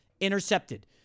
intercepted